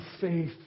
faith